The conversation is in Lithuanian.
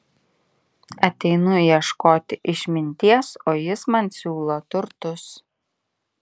ateinu ieškoti išminties o jis man siūlo turtus